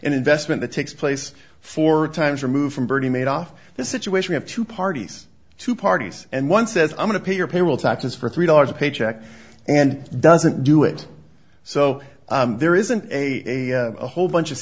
an investment that takes place four times removed from bernie made off this situation have two parties two parties and one says i'm going to pay your payroll taxes for three dollars a paycheck and doesn't do it so there isn't a whole bunch of